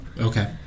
Okay